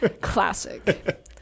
Classic